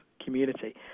community